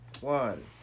One